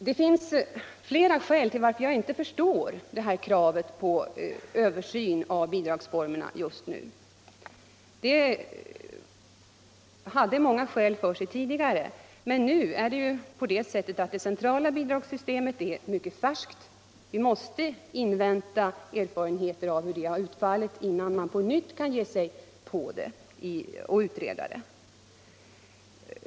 Det finns flera skäl till att jag inte förstår kravet på översyn av bidragsformerna just nu, även om tidigare många skäl talade för det kravet. För det första är det centrala bidragssystemet mycket färskt, och vi måste invänta erfarenheter av hur det har utfallit innan vi på nytt kan utreda det.